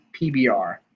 PBR